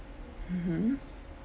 mmhmm